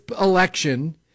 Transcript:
election